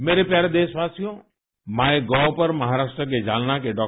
मेरे प्यारे देशवासीयों माय गोव्ह पर महाराष्टर के जालना के डॉ